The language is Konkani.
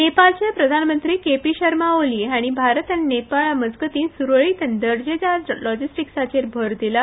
नेपालचे प्रधानमंत्री केपी शर्मा ऑयल हांणी भारत आनी नेपाळा मजगतीं सुरळीत आनी दर्जेदार लॉजिस्टिकसाचेर भर दिला